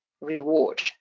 reward